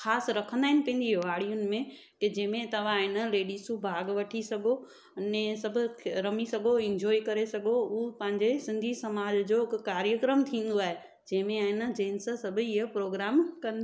ख़ासि रखंदा आहिनि पंहिंजी वाड़ीयुनि में की जंहिंमें तव्हां आहे न लेडीसूं भाग वठी सघो उने ईअं सभ खे रमी सघो इन्जॉय करे सघो उहो पंहिंजे सिंधी समाज जो हिकु कार्यक्रम थींदो आहे जेमें आहे न जेन्स सभई इहो प्रोग्राम कंदा